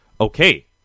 okay